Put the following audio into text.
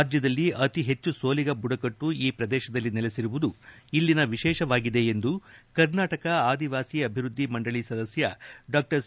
ರಾಜ್ಯದಲ್ಲಿ ಅತಿ ಹೆಚ್ಚು ಸೋಲಿಗ ಬುಡಕಟ್ಟು ಈ ಪ್ರದೇಶದಲ್ಲಿ ನೆಲಸಿರುವುದು ಇಲ್ಲಿನ ವಿಶೇಷವಾಗಿದೆ ಎಂದು ಕರ್ನಾಟಕ ಆದಿವಾಸಿ ಅಭಿವೃದ್ದಿ ಮಂಡಳಿ ಸದಸ್ಕ ಡಾ ಸಿ